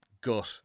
gut